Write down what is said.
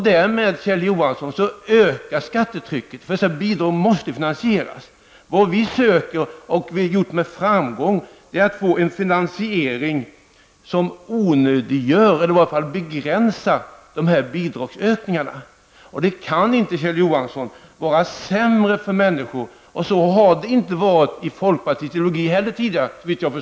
Därmed, Kjell Johansson, ökar skattetrycket, eftersom bidrag måste finansieras. Vad vi söker, och har haft framgång med, är att få en finansiering som onödiggör eller i varje fall begränsar dessa ökningar av bidragen. Det kan inte, Kjell Johansson, vara sämre för människor att få behålla pengarna. Detta har, såvitt jag förstår, tidigare inte heller varit tanken i folkpartiets ideologi.